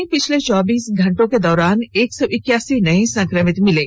राज्य में पिछले चौबीस घंटे के दौरान एक सौ इक्यासी नए संक्रमित मिले